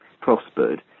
prospered